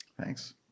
Thanks